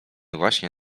właśnie